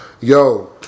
Yo